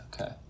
okay